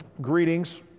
greetings